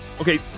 Okay